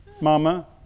Mama